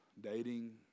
dating